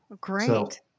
Great